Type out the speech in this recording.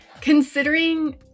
Considering